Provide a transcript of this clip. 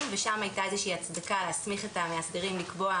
ושם הייתה איזושהי הצדקה להסמיך את המאסדרים לקבוע